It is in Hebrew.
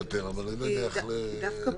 אני לקחתי את זה משם,